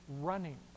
running